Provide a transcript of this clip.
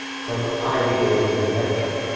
for ideas and invention.